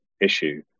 issue